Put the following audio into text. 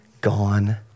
gone